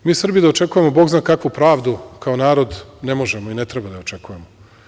Dakle, mi Srbi da očekujemo Bog zna kakvu pravdu kao narod ne možemo i ne treba da je očekujemo.